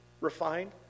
refined